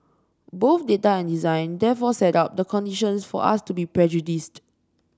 both data and design therefore set up the conditions for us to be prejudiced